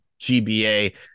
GBA